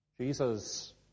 Jesus